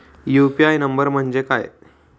UPI number म्हणजे काय?